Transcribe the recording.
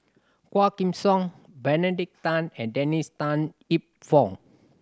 Quah Kim Song Benedict Tan and Dennis Tan Lip Fong